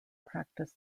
practiced